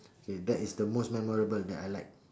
okay that is the most memorable that I like